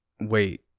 Wait